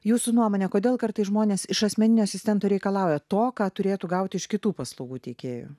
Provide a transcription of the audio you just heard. jūsų nuomone kodėl kartais žmonės iš asmeninio asistento reikalauja to ką turėtų gauti iš kitų paslaugų teikėjų